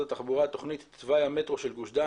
התחבורה תוכנית תוואי המטרו של גוש דן.